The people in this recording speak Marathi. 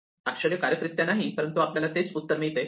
आश्चर्यकारक रित्या नाही परंतु आपल्याला तेच उत्तर मिळतं